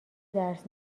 درس